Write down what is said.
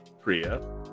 Priya